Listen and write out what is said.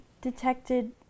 detected